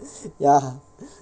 ya